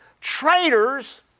traitors